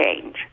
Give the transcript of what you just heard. change